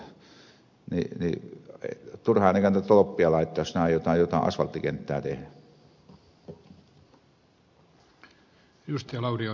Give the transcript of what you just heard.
niin turhaan ei kannata tolppia laittaa jos sinne aiotaan jotain asfalttikenttää tehdä